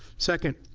second,